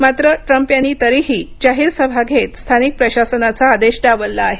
मात्र ट्रम्प यांनी तरीही जाहीर सभा घेत स्थानिक प्रशासनाचा आदेश डावलला आहे